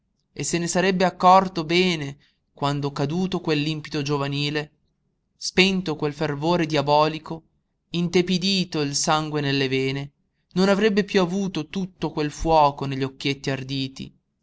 e se ne sarebbe accorto bene quando caduto quell'impeto giovanile spento quel fervore diabolico intepidito il sangue nelle vene non avrebbe piú avuto tutto quel fuoco negli occhietti arditi